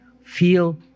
feel